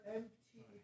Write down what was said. empty